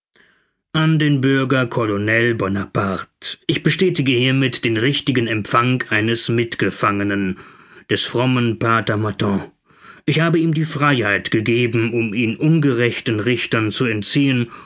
an den bürger colonel bonaparte ich bestätige hiermit den richtigen empfang eines mitgefangenen des frommen pater martin ich habe ihm die freiheit gegeben um ihn ungerechten richtern zu entziehen